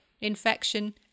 infection